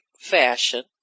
fashion